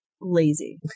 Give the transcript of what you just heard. lazy